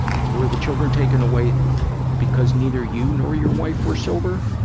were the children taken away because neither you nor your wife were sober?